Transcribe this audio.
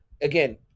again